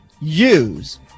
use